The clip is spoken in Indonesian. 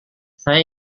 saya